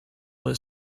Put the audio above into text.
that